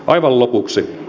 aivan lopuksi